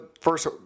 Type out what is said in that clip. first